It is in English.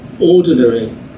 ordinary